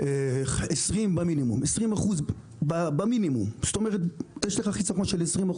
מינימום חיסכון של 20%. זאת אומרת שהסופר